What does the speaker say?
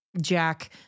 Jack